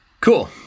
Cool